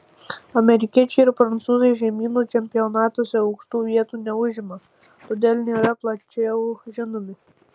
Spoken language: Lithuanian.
amerikiečiai ir prancūzai žemynų čempionatuose aukštų vietų neužima todėl nėra plačiau žinomi